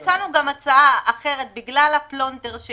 האם העמדה שכבוד השר מציג היא אכן גם על דעת ראש הממשלה?